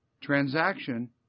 Transaction